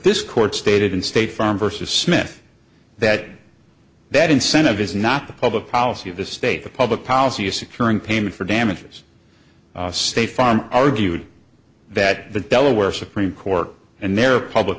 this court stated in state farm versus smith that that incentive is not the public policy of the state but public policy of securing payment for damages state farm argued that the delaware supreme court and their public